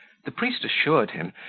the priest assured him,